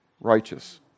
righteous